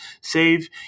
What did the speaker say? Save –